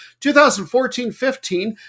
2014-15